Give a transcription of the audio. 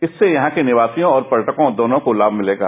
इससे यहां के निवासियों और पर्यटकों दोनों को लाभ मिलेगा